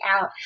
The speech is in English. out